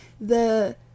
the-